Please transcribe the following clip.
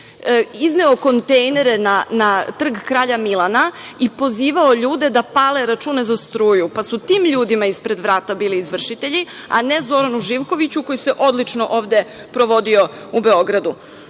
izneo kontejnere na Trg kralja Milana i pozivao ljude da pale račune za struju, pa su tim ljudima ispred vrata bili izvršitelji, a ne Zoranu Živkoviću koji se odlično ovde provodio u Beogradu. Što